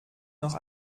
noch